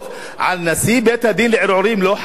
ועל נשיא בית-הדין לערעורים לא חל החוק?